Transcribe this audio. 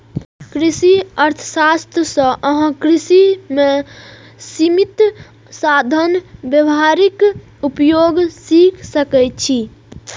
कृषि अर्थशास्त्र सं अहां कृषि मे सीमित साधनक व्यावहारिक उपयोग सीख सकै छी